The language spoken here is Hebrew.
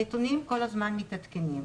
הנתונים כל הזמן מתעדכנים.